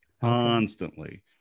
Constantly